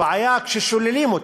הבעיה, כששוללים אותם.